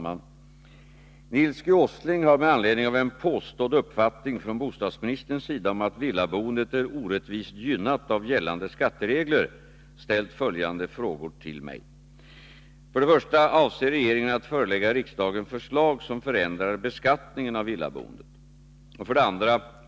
Fru talman! Nils G. Åsling har med anledning av en påstådd uppfattning från bostadsministerns sida om att villaboendet är orättvist gynnat av gällande skatteregler ställt följande frågor till mig. 2.